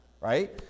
right